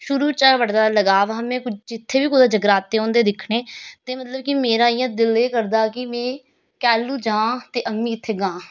शुरू चा बड़ा गै लगाव हा में जित्थे बी कुदै जगराते होंदे दिक्खने ते मतलब कि मेरा इ'यां दिल एह् करदा हा कि मि कैह्लू जां ते अ'ऊं बी इत्थें गां